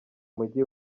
mujyi